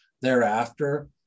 thereafter